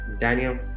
Daniel